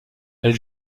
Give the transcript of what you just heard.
elle